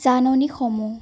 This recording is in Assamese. জাননীসমূহ